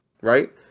right